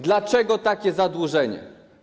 Dlaczego takie zadłużenie?